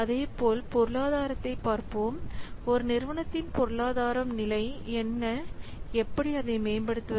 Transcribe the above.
அதேபோல் பொருளாதாரத்தை பார்ப்போம் ஒரு நிறுவனத்தின் பொருளாதாரம் நிலை என்ன எப்படி அதை மேம்படுத்துவது